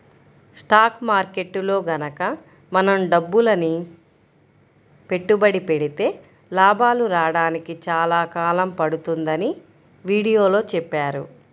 stock మార్కెట్టులో గనక మనం డబ్బులని పెట్టుబడి పెడితే లాభాలు రాడానికి చాలా కాలం పడుతుందని వీడియోలో చెప్పారు